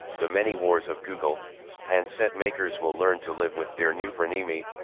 the many wars of google handset makers will learn to live with their new frenemy,